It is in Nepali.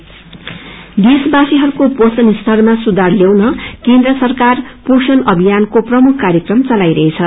नेशनल स्कीम देशवासीहरूको पोषण स्तरमा सुधार ल्याउन केन्द्र सरकाार पोषण अभियानको प्रमुख कार्यक्रम चलाईरहेछ